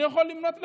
אני יכול למנות לך: